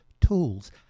tools